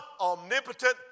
omnipotent